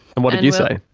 and what did you say?